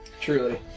Truly